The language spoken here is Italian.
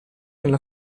nella